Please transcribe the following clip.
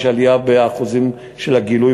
יש עלייה באחוזים של הגילוי,